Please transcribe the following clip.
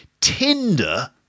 Tinder